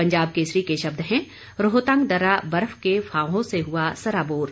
पंजाब केसरी के शब्द हैं रोहतांग दर्रा बर्फ के फाहों से हआ सराबोर